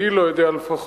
אני לא יודע לפחות,